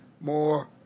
more